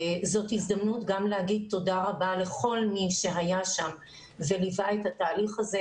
זאת הזדמנות גם לומר תודה רבה לכל מי שהיה שם וליווה את התהליך הזה,